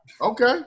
Okay